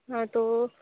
ہاں تو